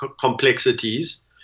complexities